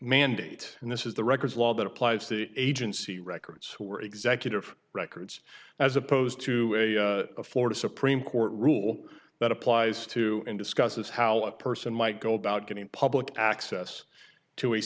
mandate and this is the records law that applies to agency records who are executive records as opposed to a florida supreme court rule that applies to and discusses how a person might go about getting public access to a